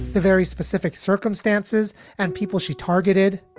the very specific circumstances and people she targeted